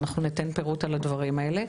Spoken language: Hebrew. ואנחנו ניתן פירוט על הדברים האלה,